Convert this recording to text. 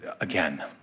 Again